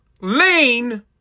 lane